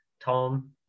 Tom